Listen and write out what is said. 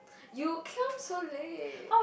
you come so late